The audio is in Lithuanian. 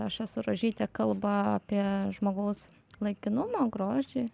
aš esu rožytė kalba apie žmogaus laikinumą grožį